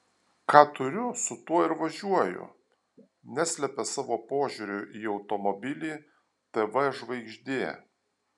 ką turiu su tuo ir važiuoju neslepia savo požiūrio į automobilį tv žvaigždė